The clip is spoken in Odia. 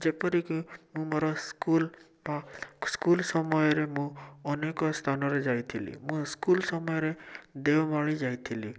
ଯେପରିକି ମୁଁ ମୋର ସ୍କୁଲ୍ ସ୍କୁଲ୍ ସମୟରେ ମୁଁ ଅନେକ ସ୍ଥାନରେ ଯାଇଥିଲି ମୁଁ ସ୍କୁଲ୍ ସମୟରେ ଦେଓମାଳୀ ଯାଇଥିଲି